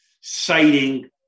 citing